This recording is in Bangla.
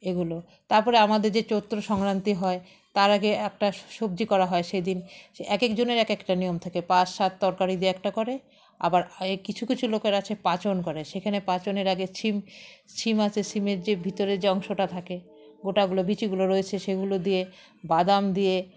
এগুলো তারপরে আমাদের যে চৈত্র সংক্রান্তি হয় তার আগে একটা সবজি করা হয় সেদিন সে এক একজনের এক একটা নিয়ম থাকে পাঁচ সাত তরকারি দিয়ে একটা করে আবার কিছু কিছু লোকের আছে পাঁচন করে সেখানে পাচনের আগে সিম সিম আছে সিমের যে ভিতরের যে অংশটা থাকে গোটাগুলো বিচিগুলো রয়েছে সেগুলো দিয়ে বাদাম দিয়ে